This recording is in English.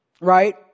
right